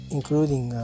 Including